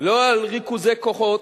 לא על ריכוזי כוחות.